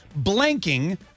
blanking